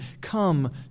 come